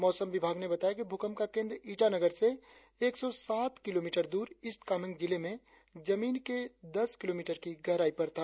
मौसम विभाग ने बताया कि भूकंप का केंद्र ईटानगर से एक सौ सात किलोमीटर दूर ईस्ट कामेंग जिले में जमीन के दस किलोमीटर की गहराई पर था